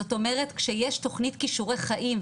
זאת אומרת כשיש תכנית כישורי חיים,